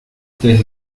tres